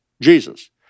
Jesus